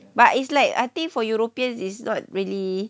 but it's like I think for europeans is not really